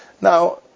now